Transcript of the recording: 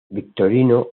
victorino